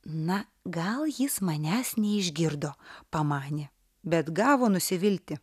na gal jis manęs neišgirdo pamanė bet gavo nusivilti